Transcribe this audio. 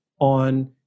on